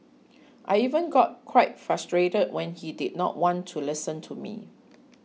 I even got quite frustrated when he did not want to listen to me